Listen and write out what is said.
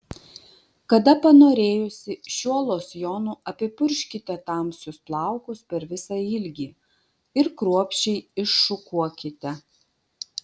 kada panorėjusi šiuo losjonu apipurkškite tamsius plaukus per visą ilgį ir kruopščiai iššukuokite